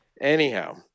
anyhow